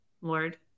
Lord